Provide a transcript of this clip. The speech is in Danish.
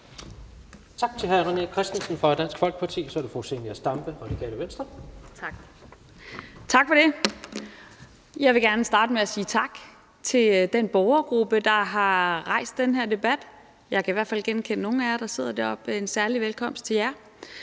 Tak for det. Jeg vil gerne starte med at sige tak til den borgergruppe, der har rejst den her debat. Jeg kan i hvert fald genkende nogle af jer, der sidder oppe – og særlig velkommen til jer.